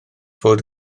fod